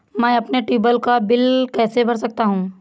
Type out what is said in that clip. मैं अपने ट्यूबवेल का बिल कैसे भर सकता हूँ?